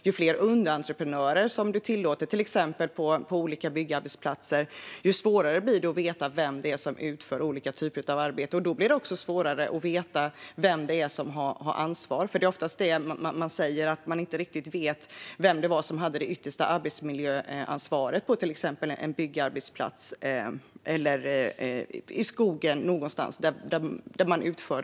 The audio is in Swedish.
Ju fler underentreprenörer som tillåts på olika byggarbetsplatser, desto svårare blir det att veta vem som utför olika typer av arbeten. Då blir det också svårare att veta vem det är som har ansvar. Man säger ofta att man inte riktigt vet vem som har det yttersta arbetsmiljöansvaret på till exempel en byggarbetsplats eller i skogen där många farliga arbeten utförs.